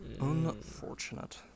Unfortunate